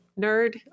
nerd